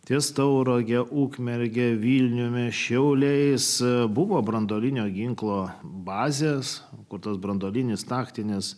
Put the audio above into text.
ties tauragę ukmergę vilniumi šiauliais buvo branduolinio ginklo bazės kur tas branduolinis taktinis